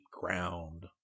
ground